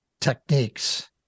techniques